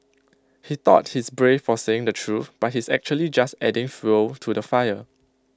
he thought he's brave for saying the truth but he's actually just adding fuel to the fire